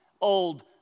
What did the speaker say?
old